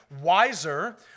wiser